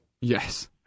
Yes